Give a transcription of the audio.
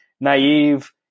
naive